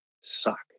suck